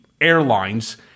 airlines